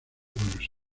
buenos